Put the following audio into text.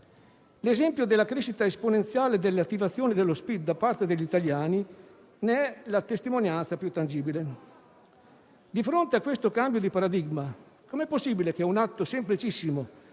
L'esempio della crescita esponenziale delle attivazioni dello Spid da parte degli italiani ne è la testimonianza più tangibile. Di fronte a questo cambio di paradigma, com'è possibile che un atto semplicissimo